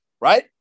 Right